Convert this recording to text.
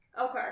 Okay